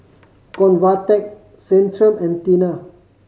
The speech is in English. Convatec Centrum and Tena